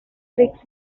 tricks